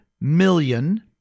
million